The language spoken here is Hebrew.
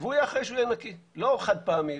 זה לא ניקיון, זה שיפור פני הארץ.